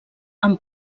amb